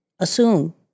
assume